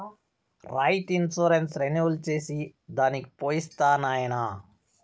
రైతు insurance renewal చేసి దానికి పోయొస్తా నాయనా